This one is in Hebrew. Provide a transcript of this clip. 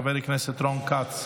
חבר הכנסת רון כץ,